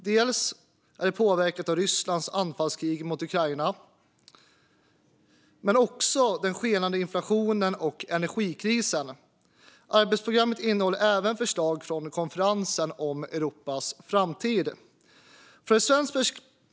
Det är påverkat av Rysslands anfallskrig mot Ukraina men också av den skenande inflationen och energikrisen. Arbetsprogrammet innehåller även förslag från konferensen om Europas framtid.